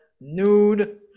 nude